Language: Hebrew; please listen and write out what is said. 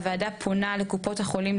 8. הוועדה פונה לקופות החולים,